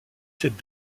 cette